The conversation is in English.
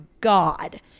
god